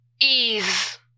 ease